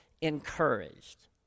encouraged